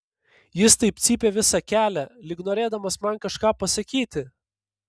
jis taip cypė visą kelią lyg norėdamas man kažką pasakyti